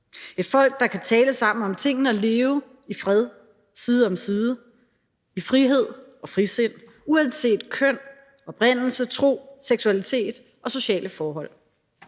et folk, der kan tale sammen om tingene og leve i fred side om side i frihed og frisind – uanset køn, oprindelse, tro, seksualitet og sociale forhold.